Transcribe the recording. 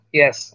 yes